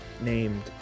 named